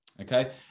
okay